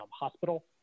hospital